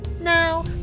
Now